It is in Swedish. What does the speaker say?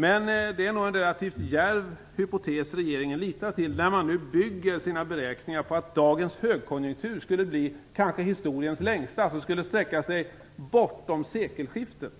Men det är nog en relativt djärv hypotes regeringen litar till när den nu bygger sina beräkningar på att dagens högkonjunktur skall bli kanske historiens längsta och sträcka sig bortom sekelskiftet.